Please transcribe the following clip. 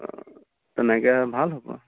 অঁ তেনেকৈ ভাল হ'ব